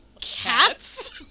cats